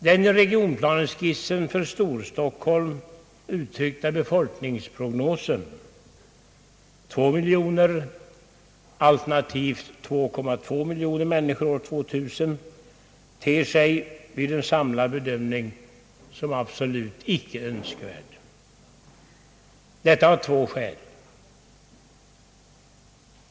Den i regionplaneskissen för Storstockholm uttryckta befolkningsprognosen — 2 miljoner, alternativt 2,2 miljoner, människor år 2000 — ter sig vid en samlad bedömning som absolut icke önskvärd. Detta av två skäl.